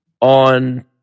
on